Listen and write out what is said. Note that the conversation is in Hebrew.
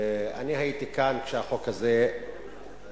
אני הייתי כאן כשהחוק הזה חוקק,